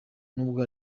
n’ubwo